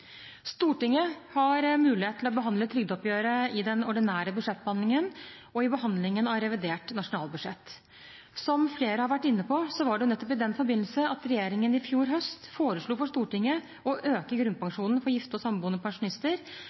Stortinget har mulighet til å behandle trygdeoppgjøret i den ordinære budsjettbehandlingen og i behandlingen av revidert nasjonalbudsjett. Som flere har vært inne på, var det nettopp i den forbindelse at regjeringen i fjor høst foreslo for Stortinget å øke grunnpensjonen for gifte og samboende pensjonister,